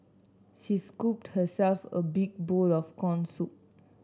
she scooped herself a big bowl of corn soup